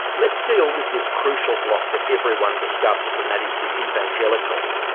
let's deal with this crucial bloc that everyone discusses, and that is the evangelicals.